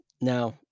now